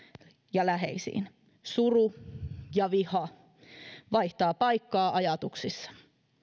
ja läheisiin suru ja viha vaihtavat paikkaa ajatuksissa